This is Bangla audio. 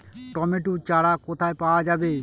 টমেটো চারা কোথায় পাওয়া যাবে?